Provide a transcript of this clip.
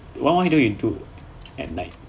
why why don't you do at night